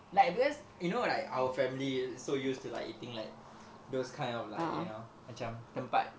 like just you know like our family so used to like eating like those kind of like you know macam tempat